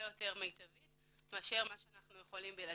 יותר מיטבית מאשר מה שאנחנו יכולים בלעדיהם.